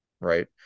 right